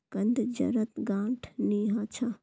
कंद जड़त गांठ नी ह छ